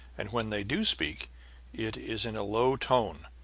and when they do speak it is in a low tone,